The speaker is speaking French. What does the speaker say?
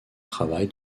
travail